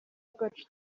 bwacu